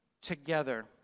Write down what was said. together